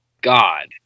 God